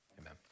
Amen